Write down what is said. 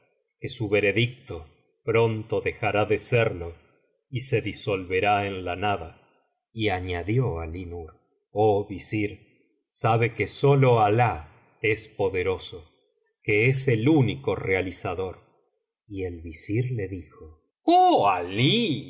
que su veredicto pronto dejará de serlo y se disolverá en la nada y añadió alí nur oh visir sabe que sólo t alah es poderoso que es el unieo realizador y el visir le dijo oh alí